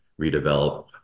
redevelop